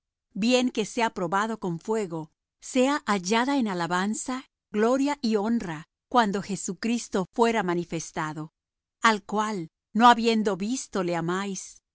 bien que sea probado con fuego sea hallada en alabanza gloria y honra cuando jesucristo fuera manifestado al cual no habiendo visto le amáis